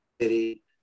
city